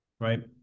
right